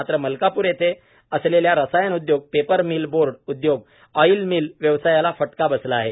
मात्र मलकापूर येथे असलेल्या रसायन उद्योग पेपर मिल बोर्ड उद्योग ऑईल मिल व्यवसायाला फटका बसला आहे